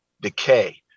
decay